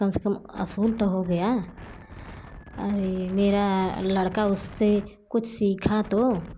कम से कम वसूल ता हो गया अरे मेरा लड़का उससे कुछ सीखा तो